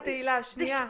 חיים ותהילה, שנייה.